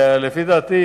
לפי דעתי,